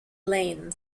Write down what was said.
lane